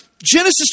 Genesis